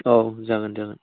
औ जागोन जागोन